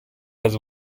has